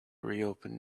reopen